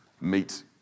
meet